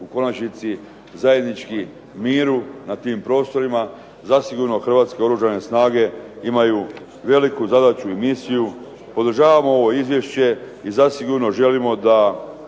u konačnici zajednički miru na tim prostorima, zasigurno hrvatske oružane snage imaju veliku zadaću i misiju. Podržavamo ovo izvješće i zasigurno želimo da